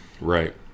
Right